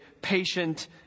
patient